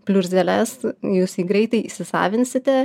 pliurzeles jūs jį greitai įsisavinsite